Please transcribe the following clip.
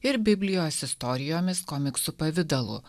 ir biblijos istorijomis komiksų pavidalu